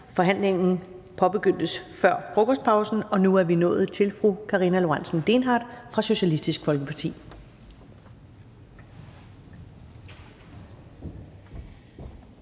Forhandlingen blev påbegyndt før frokostpausen, og nu er vi nået til fru Karina Lorentzen Dehnhardt fra Socialistisk Folkeparti.